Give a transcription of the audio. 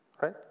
right